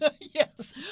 Yes